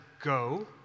go